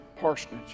parsonage